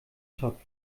zopf